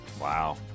Wow